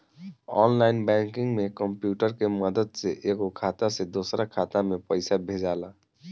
online banking में computer के मदद से एगो खाता से दोसरा खाता में पइसा भेजाला